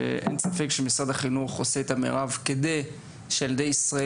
אין לי ספק שמשרד החינוך עושה את המירב כדי שילדי ישראל